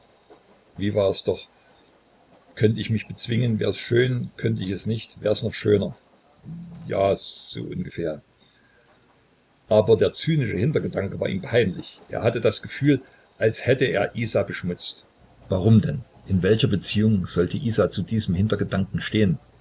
wie war es doch könnt ich mich bezwingen wärs schön könnt ich es nicht wärs noch schöner ja so ungefähr aber der zynische hintergedanke war ihm peinlich er hatte das gefühl als hätte er isa beschmutzt warum denn in welcher beziehung sollte isa zu diesem hintergedanken stehen